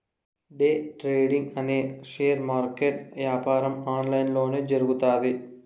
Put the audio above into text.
day trading అనే share market యాపారం online లొనే జరుగుతాది